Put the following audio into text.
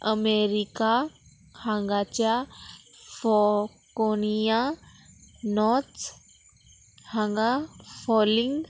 America हांगाच्या फॉकोनिया नॉच हांगा फॉलींग